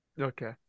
Okay